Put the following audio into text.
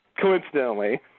Coincidentally